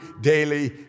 daily